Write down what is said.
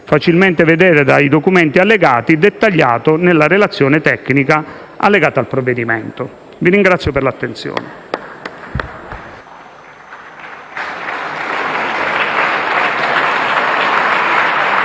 facilmente vedere dai documenti allegati, è dettagliato nella relazione tecnica allegata al provvedimento in esame.